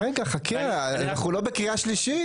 חכה, אנחנו לא בקריאה שנייה ושלישית.